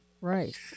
Right